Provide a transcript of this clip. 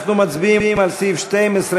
אנחנו מצביעים על סעיף 12(1),